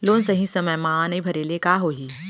Loan सही समय मा नई भरे ले का होही?